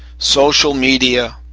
social media,